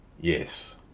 Yes